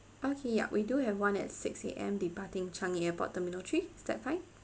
okay ya we do have one at six A_M departing changi airport terminal three is that fine